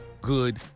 Good